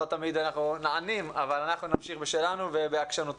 לא תמיד אנחנו נענים אבל אנחנו נמשיך בשלנו ובעקשנותנו.